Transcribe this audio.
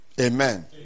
Amen